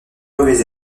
mauvaise